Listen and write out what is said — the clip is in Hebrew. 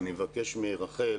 אני מבקש מרחל